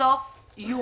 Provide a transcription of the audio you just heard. לסוף יוני.